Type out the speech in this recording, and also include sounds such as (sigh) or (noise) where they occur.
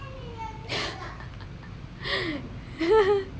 (breath) (laughs)